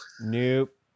Nope